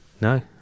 No